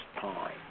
time